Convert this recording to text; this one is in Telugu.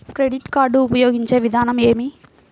క్రెడిట్ కార్డు ఉపయోగించే విధానం ఏమి?